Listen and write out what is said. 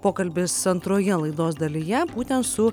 pokalbis antroje laidos dalyje būtent su